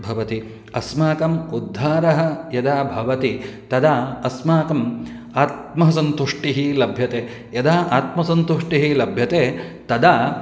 भवति अस्माकम् उद्धारः यदा भवति तदा अस्माकम् आत्मसन्तुष्टिः लभ्यते यदा आत्मसन्तुष्टिः लभ्यते तदा